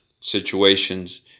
situations